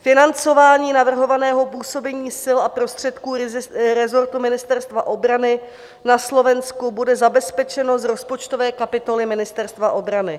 Financování navrhovaného působení sil a prostředků rezortu Ministerstva obrany na Slovensku bude zabezpečeno z rozpočtové kapitoly Ministerstva obrany.